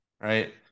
Right